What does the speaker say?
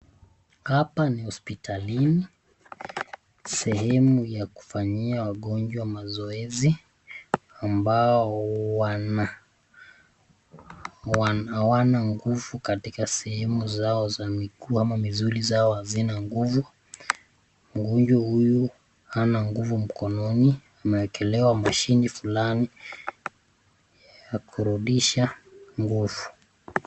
Hapa ni hospitalini, sehemu ya kufanyia wagonjwa mazoezi ambao wana, hawana nguvu katika sehemu zao za miguu ama misuli zao hazina nguvu, mgonjwa huyu hana nguvu mkononi ameekelewa mashini fulani ya kurudisha nguvu.